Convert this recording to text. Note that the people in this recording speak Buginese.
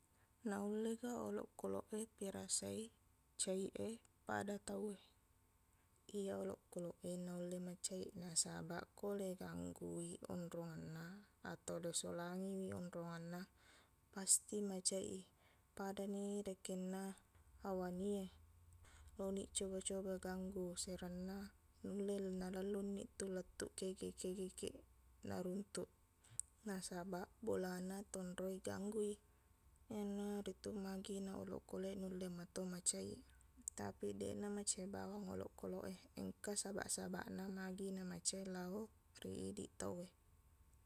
Naullega olokkoloq e pirasai caiq e pada tauwe iya olokkoloq e naulle macaiq nasabaq ko leiganggu i onronganna atau risolangi onronganna pasti macaiq i padani dekkenna awani e laoniq coba-coba gangguwi serenna nulle nalellunniqtu lettu kegi-kegikiq naruntuk nasabaq bolana tonroi ganggui iyanaritu magina olokkoloq e naulle mato macaiq tapiq deqna macaiq bawang olokkoloq e engka sabaq-sabaqna magina macaiq lao ri idiq tauwe